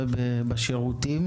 בוקר טוב לכולם,